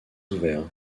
ouvert